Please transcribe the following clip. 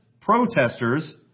protesters